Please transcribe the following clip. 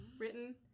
written